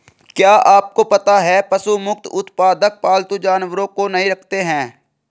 क्या आपको पता है पशु मुक्त उत्पादक पालतू जानवरों को नहीं रखते हैं?